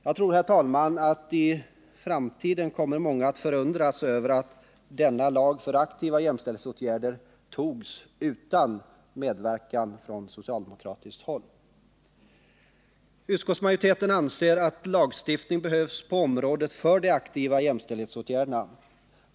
Jag tror, herr talman, att i framtiden kommer många att förundras över att denna lag för aktiva jämställdhetsåtgärder togs utan medverkan från socialdemokratiskt håll. Utskottsmajoriteten anser att lagstiftning behövs på området för de aktiva jämställdhetsåtgärderna.